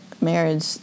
Marriage